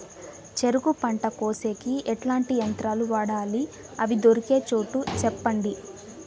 చెరుకు పంట కోసేకి ఎట్లాంటి యంత్రాలు వాడాలి? అవి దొరికే చోటు చెప్పండి?